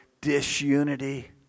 disunity